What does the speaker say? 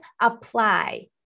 apply